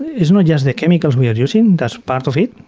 it's not just the chemicals we are using, that's part of it,